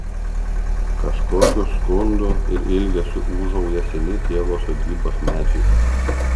kažkokiu skundu ir ilgesiu ūžauja seni tėvo sodybos medžiai